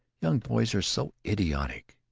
young boys are so idiotic.